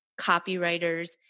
copywriters